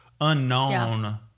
unknown